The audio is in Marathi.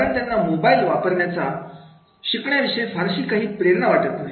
कारण त्यांना मोबाईल वापरण्याचा शिकण्यासाठी फारशी काही प्रेरणा वाटत